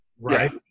right